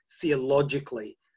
theologically